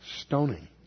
Stoning